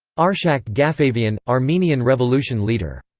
arshak gafavian armenian revolution leader.